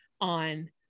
on